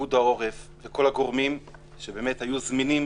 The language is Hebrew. פיקוד העורף וכל הגורמים שהיו זמינים